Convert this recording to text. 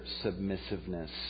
submissiveness